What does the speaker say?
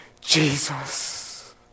Jesus